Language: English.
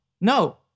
no